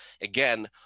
again